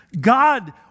God